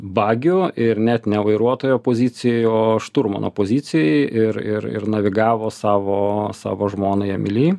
bagiu ir net ne vairuotojo pozicijoj o šturmano pozicijoj ir ir ir navigavo savo savo žmonai emilijai